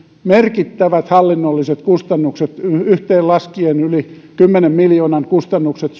merkittävät hallinnolliset kustannukset yhteen laskien yli kymmenen miljoonan kustannukset